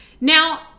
Now